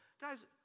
Guys